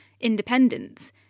independence